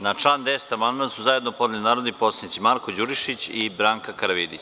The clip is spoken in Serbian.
Na član 10. amandman su zajedno podneli narodni poslanici Marko Đurišić i Branka Karavidić.